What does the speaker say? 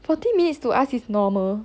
forty minutes to us is normal